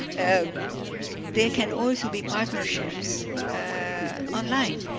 ah there can also be partnerships online.